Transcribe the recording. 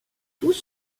tous